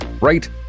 right